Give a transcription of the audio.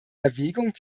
erwägung